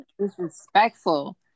Disrespectful